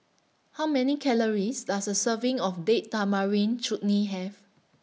How Many Calories Does A Serving of Date Tamarind Chutney Have